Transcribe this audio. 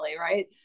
right